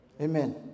amen